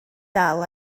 dal